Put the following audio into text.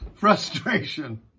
Frustration